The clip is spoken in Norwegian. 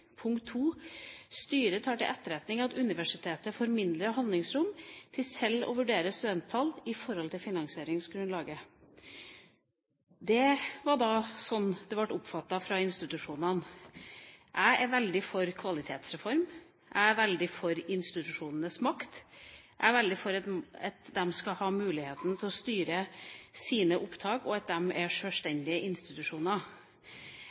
Styret tar til etterretning at universitetet får mindre handlingsrom til selv å vurdere studenttallet i forhold til finansieringsgrunnlaget.» Det var slik det ble oppfattet fra institusjonene. Jeg er veldig for kvalitetsreform, jeg er veldig for institusjonenes makt, jeg er veldig for at de skal ha mulighet til å styre sine opptak, og at de er